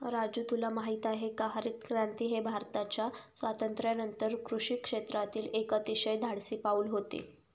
राजू तुला माहित आहे का हरितक्रांती हे भारताच्या स्वातंत्र्यानंतर कृषी क्षेत्रातील एक अतिशय धाडसी पाऊल होते